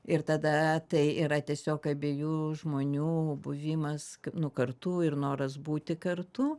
ir tada tai yra tiesiog abiejų žmonių buvimas nu kartu ir noras būti kartu